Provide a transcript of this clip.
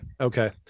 okay